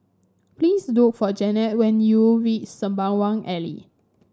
please look for Jennette when you reach Sembawang Alley